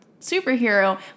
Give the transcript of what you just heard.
superhero